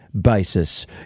basis